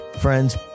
friends